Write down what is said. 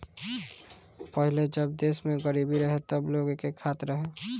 पहिले जब देश में गरीबी रहे तब लोग एके खात रहे